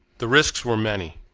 the risks were many.